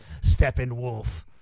Steppenwolf